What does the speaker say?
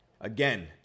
again